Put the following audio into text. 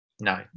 No